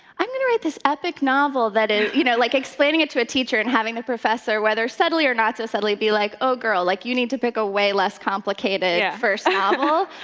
i'm gonna write this epic novel. that, and you know like, explaining it to a teacher and having the professor, whether subtly or not so subtly be like, oh girl, like you need to pick a way less complicated first um novel.